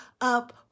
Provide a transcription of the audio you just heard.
up